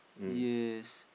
yes